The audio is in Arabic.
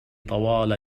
طوال